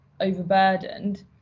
overburdened